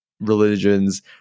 religions